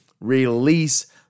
release